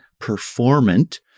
performant